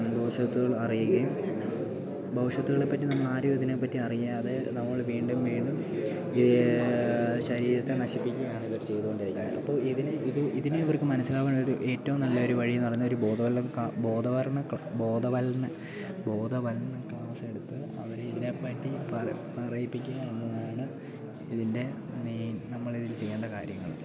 ഭവിഷ്യത്തുക്കൾ അറിയുകയും ഭവിഷ്യത്തുക്കളെ പറ്റി നമ്മളാരും ഇതിനെ പറ്റി അറിയാതെ നമ്മൾ വീണ്ടും വീണ്ടും ശരീരത്തെ നശിപ്പിക്കുകയാണ് ഇവർ ചെയ്തുകൊണ്ടിരിക്കുന്നത് അപ്പോൾ ഇതിനെ ഇത് ഇതിനെ ഇവർക്ക് മനസ്സിലാവാനായിട്ട് ഏറ്റവും നല്ലൊരു വഴി എന്ന് പറഞ്ഞാൽ ഒരു ബോധവൽകരണ ക്ലാസ് എടുത്ത് അവരെ ഇതിനെ പറ്റി പറയിപ്പിക്കുക എന്നതാണ് ഇതിൻ്റെ മെയിൻ നമ്മൾ ചെയ്യേണ്ട കാര്യങ്ങൾ